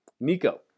Nico